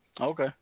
Okay